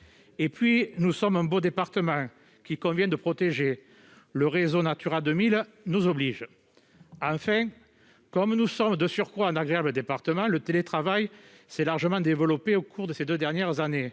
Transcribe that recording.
sommes aussi dans un beau département, qu'il convient de protéger ; le réseau Natura 2000 nous oblige. Enfin, comme nous sommes dans un département agréable, le télétravail s'y est largement développé au cours de ces deux dernières années.